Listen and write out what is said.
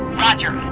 roger.